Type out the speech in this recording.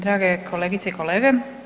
Drage kolegice i kolege.